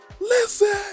listen